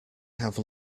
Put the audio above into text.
have